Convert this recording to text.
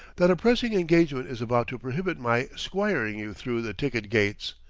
that a pressing engagement is about to prohibit my squiring you through the ticket-gates.